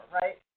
right